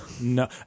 No